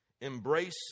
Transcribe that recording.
embrace